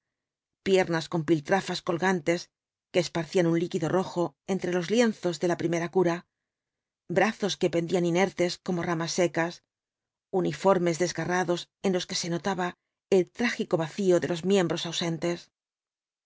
piernas con piltrafas colgantes que esparcían un líquido rojo entre los lienzos de la primera cura brazos que pendían inertes como ramas secas uniformes desgarrados en los que se notaba el trágico vacío de los miembros ausentes